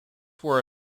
were